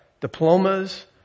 diplomas